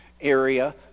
area